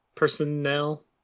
Personnel